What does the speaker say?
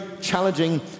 challenging